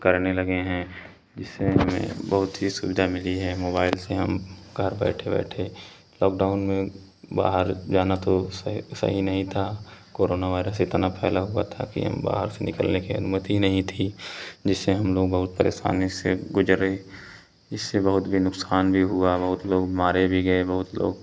करने लगे हैं जिससे हमें बहुत ही सुविधा मिली है मोबाइल से हम घर बैठे बैठे लोकडाउन में बाहर जाना तो सही सही नहीं था कोरोना वायरस इतना फैला हुआ था कि हम बाहर से निकलने की हिम्मत ही नहीं थी जिससे हम लोग बहुत परेशानी से गुज़रे इससे बहुत ही नुक़सान भी हुआ बहुत लोग मारे भी गए बहुत लोग